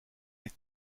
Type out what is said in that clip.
les